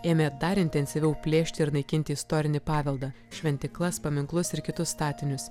ėmė dar intensyviau plėšti ir naikinti istorinį paveldą šventyklas paminklus ir kitus statinius